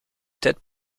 tête